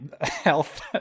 health